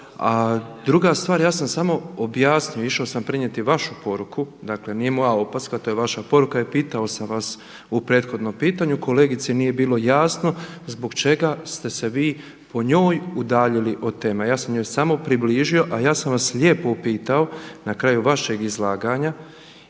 A druga stvar, ja sam samo objasnio, išao sam prenijeti vašu poruku dakle nije moja opaska to je vaša poruka i pitao sam vas u prethodnom pitanju, kolegici nije bilo jasno zbog čega ste se vi po njoj udaljili od teme a ja sam njoj samo približio. A ja sam vas lijepo pitao na kraju vašeg izlaganja